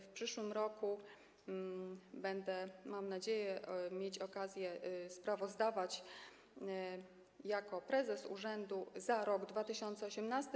W przyszłym roku będę, mam nadzieję, mieć okazje sprawozdawać jako prezes urzędu za rok 2018.